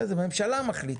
הממשלה מחליטה.